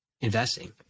investing